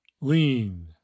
lean